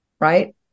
right